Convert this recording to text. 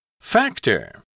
Factor